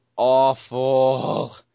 Awful